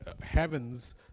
heavens